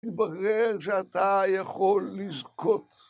‫תברר שאתה יכול לזכות.